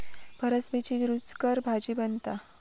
फरसबीची रूचकर भाजी बनता